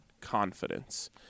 confidence